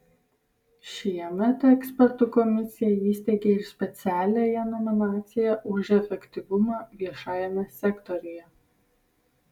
šiemet ekspertų komisija įsteigė ir specialiąją nominaciją už efektyvumą viešajame sektoriuje